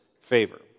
favor